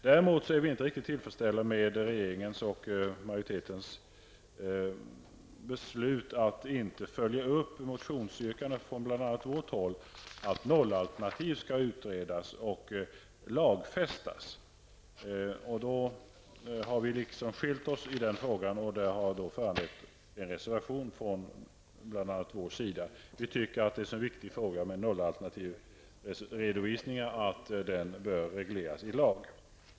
Däremot är vi inte riktigt tillfredsställda med regeringens och majoritetens beslut att inte följa upp motionsyrkandena från bl.a. vårt håll om att nollalternativ skall utredas och lagfästas. Vi har skilt oss i den frågan, och det har föranlett en reservation från bl.a. vår sida. Vi tycker att frågan om nollalternativredovisning är så viktig att den bör regleras i lag.